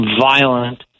violent